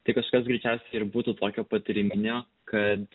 tai kažkas greičiausiai ir būtų tokio patryminio kad